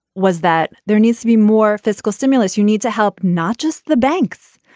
was that there needs to be more fiscal stimulus. you need to help not just the banks,